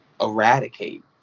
eradicate